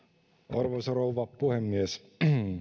arvoisa rouva puhemies